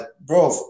bro